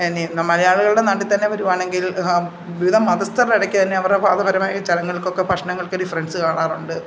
ഇനി മലയാളികളുടെ നാട്ടിൽത്തന്നെ വരികയാണെങ്കിൽ വിവിധ മതസ്ഥരുടെ ഇടക്കു തന്നെ അവരുടെ മതപരമായ ചടങ്ങുകൾക്കൊക്കെ ഭക്ഷണങ്ങൾക്ക് ഡിഫ്രൻസ് കാണാറുണ്ട്